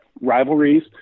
rivalries